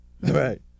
right